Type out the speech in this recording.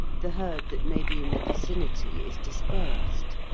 the herd that may be in the vicinity is dispersed.